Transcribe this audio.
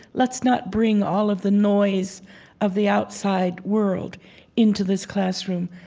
let's not bring all of the noise of the outside world into this classroom.